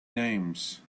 names